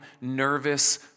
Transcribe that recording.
nervous